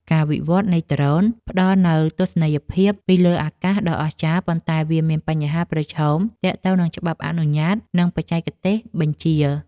ការវិវត្តនៃដ្រូន ផ្ដល់នូវទស្សនីយភាពពីលើអាកាសដ៏អស្ចារ្យ ប៉ុន្តែវាមានបញ្ហាប្រឈមទាក់ទងនឹងច្បាប់អនុញ្ញាត និងបច្ចេកទេសបញ្ជា។